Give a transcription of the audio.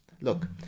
Look